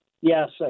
Yes